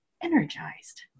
energized